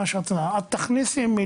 שלא נדרשים,